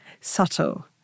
subtle